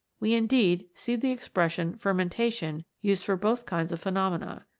we indeed see the expression fermentation used for both kinds of phenomena.